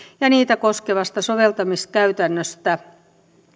ja niitä koskevasta soveltamiskäytännöstä